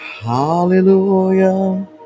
hallelujah